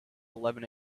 eleven